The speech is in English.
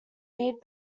need